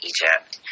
Egypt